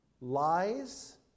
lies